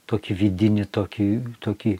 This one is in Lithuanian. tokį vidinį tokį tokį